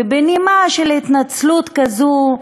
ובנימה של התנצלות כזו,